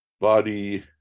body